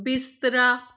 ਬਿਸਤਰਾ